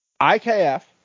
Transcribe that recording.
IKF